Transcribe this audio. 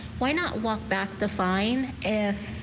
why not walk back the fine and